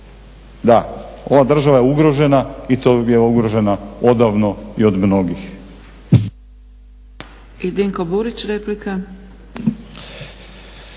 Da. Ova država je ugrožena, i to je ugrožena odavno i od mnogih.